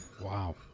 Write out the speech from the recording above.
Wow